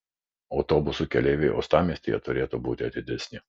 autobusų keleiviai uostamiestyje turėtų būti atidesni